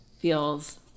feels